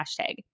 hashtag